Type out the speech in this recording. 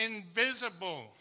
invisible